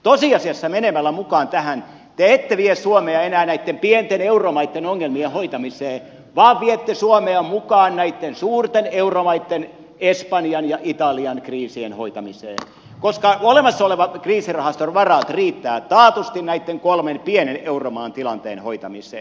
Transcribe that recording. tosiasiassa menemällä mukaan tähän te ette vie suomea enää näitten pienten euromaitten ongelmien hoitamiseen vaan viette suomea mukaan näitten suurten euromaitten espanjan ja italian kriisien hoitamiseen koska olemassa olevan kriisirahaston varat riittävät taatusti näitten kolmen pienen euromaan tilanteen hoitamiseen